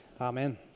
Amen